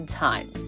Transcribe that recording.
time